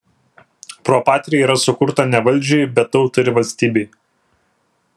pro patria yra sukurta ne valdžiai bet tautai ir valstybei